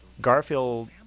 Garfield